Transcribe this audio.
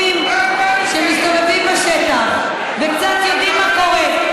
שמסתובבים בשטח וקצת יודעים מה קורה.